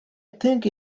think